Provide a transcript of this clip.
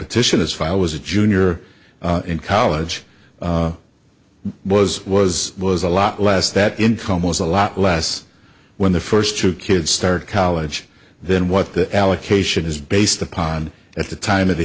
petition is file was a junior in college was was was a lot less that income was a lot less when the first two kids start college than what the allocation is based upon at the time of the